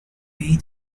may